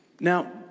now